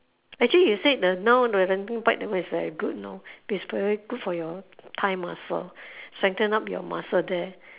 actually you said the now the renting bike is very good you know it's very good for your thigh muscle strengthen up your muscle there